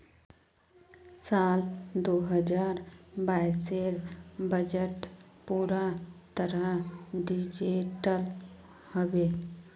साल दो हजार बाइसेर बजट पूरा तरह डिजिटल हबे